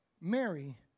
Mary